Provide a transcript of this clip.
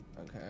Okay